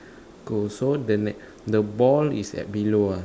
go so the ne~ the ball is at below ah